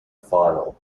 final